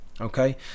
Okay